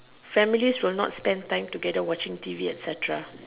families will not spend time together watching T_V etcetera